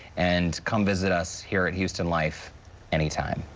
and come visit us here at houston life anytime.